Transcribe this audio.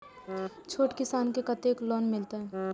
छोट किसान के कतेक लोन मिलते?